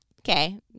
okay